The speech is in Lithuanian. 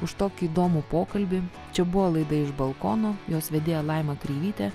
už tokį įdomų pokalbį čia buvo laida iš balkono jos vedėja laima kreivytė